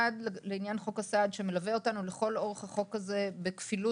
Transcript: לעניין חוק הסעד שמלווה אותנו לכל אורך החוק הזה בכפילות,